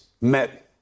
met